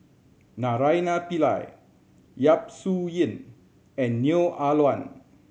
Naraina Pillai Yap Su Yin and Neo Ah Luan